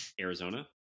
arizona